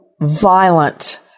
violent